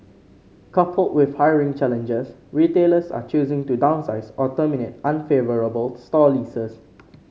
coupled with hiring challenges retailers are choosing to downsize or terminate unfavourable store leases